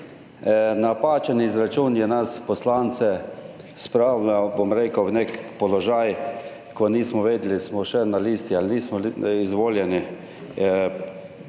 Napačen izračun je nas, poslance, spravljal v nek položaj, ko nismo vedeli, ali smo še na listi ali nismo izvoljeni.